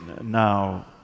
now